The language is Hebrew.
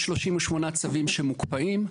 יש 38 צווים שמוקפאים.